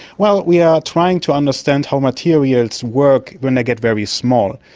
well, we are trying to understand how materials work when they get very small.